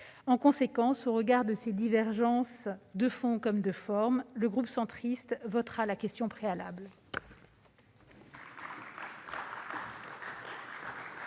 En conséquence, au regard de ces divergences de fond comme de forme, le groupe Union Centriste votera la question préalable.